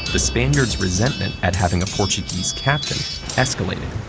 the spaniards resentment at having a portuguese captain escalated.